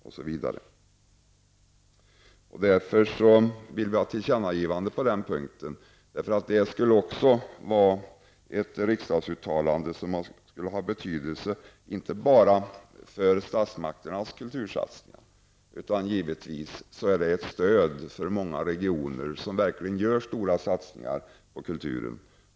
På denna punkt föreslår vi ett tillkännagivande till regeringen. Ett sådant riksdagsuttalande skulle ha betydelse inte bara för statsmakternas kultursatsningar, utan det skulle givetvis också vara ett stöd för många regioner som verkligen gör stora satsningar på kulturen.